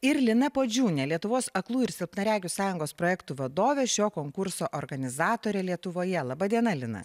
ir lina puodžiūne lietuvos aklųjų ir silpnaregių sąjungos projektų vadove šio konkurso organizatore lietuvoje laba diena lina